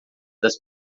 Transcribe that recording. das